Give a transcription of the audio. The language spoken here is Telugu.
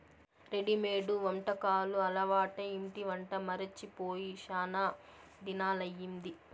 రెడిమేడు వంటకాలు అలవాటై ఇంటి వంట మరచి పోయి శానా దినాలయ్యింది